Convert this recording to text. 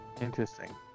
Interesting